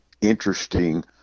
interesting